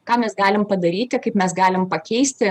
ką mes galim padaryti kaip mes galim pakeisti